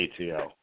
ATL